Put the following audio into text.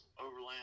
Overland